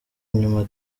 inyuma